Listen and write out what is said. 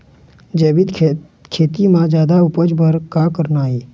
जैविक खेती म जादा उपज बर का करना ये?